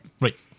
Right